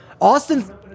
Austin